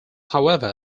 however